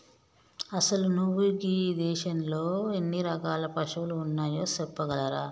అసలు నువు గీ దేసంలో ఎన్ని రకాల పసువులు ఉన్నాయో సెప్పగలవా